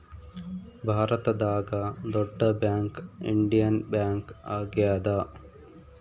ಭಾರತದಾಗ ದೊಡ್ಡ bank Indian bank ಆಗ್ಯಾದ